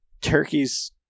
turkeys